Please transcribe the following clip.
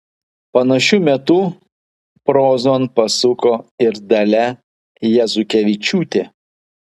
panašiu metu prozon pasuko ir dalia jazukevičiūtė